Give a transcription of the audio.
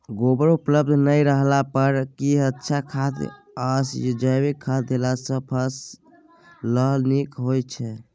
गोबर उपलब्ध नय रहला पर की अच्छा खाद याषजैविक खाद देला सॅ फस ल नीक होय छै?